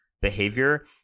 behavior